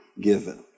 given